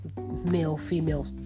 male-female